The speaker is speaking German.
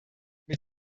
mit